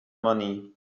money